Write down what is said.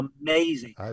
amazing